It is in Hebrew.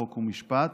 חוק ומשפט,